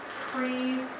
pre